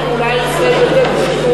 אולי ישראל ביתנו.